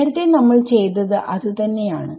നേരത്തെ നമ്മൾ ചെയ്തത് ഇത് തന്നെയാണ്